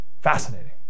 Fascinating